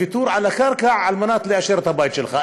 ויתור על הקרקע על על מנת לאשר את הבית שלך.